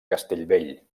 castellbell